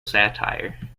satire